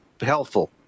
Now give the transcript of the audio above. helpful